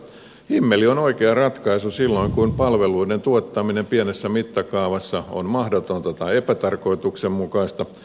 himmeli on oikea ratkaisu silloin kun palveluiden tuottaminen pienessä mittakaavassa on mahdotonta tai epätarkoituksenmukaista